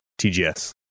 TGS